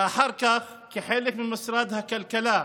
ואחר כך כחלק ממשרד הכלכלה,